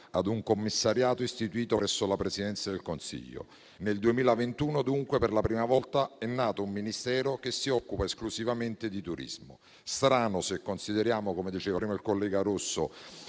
ad un commissariato istituito presso la Presidenza del Consiglio. Nel 2021, dunque, per la prima volta è nato un Ministero che si occupa esclusivamente di turismo. Strano se consideriamo, come diceva prima il collega Rosso,